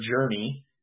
journey